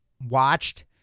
watched